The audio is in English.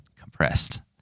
compressed